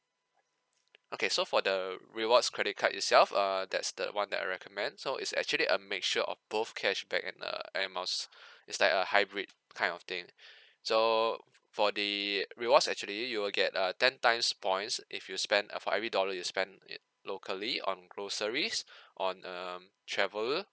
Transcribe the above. okay so for the rewards credit card itself err that's the one that I recommend so it's actually a mixture of both cashback and err air miles it's like a hybrid kind of thing so for the rewards actually you will get uh ten times points if you spend err for every dollar you spend uh locally on groceries on um travel